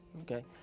okay